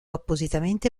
appositamente